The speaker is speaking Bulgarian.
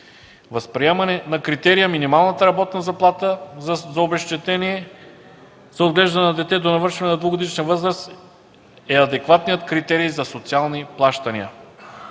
възприемането на критерия минимална работна заплата за обезщетението за отглеждане на дете до навършването на двегодишна възраст е адекватният критерий за социални плащания.